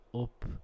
up